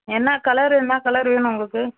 என்ன கலர் என்ன கலர் வேணும் உங்களுக்கு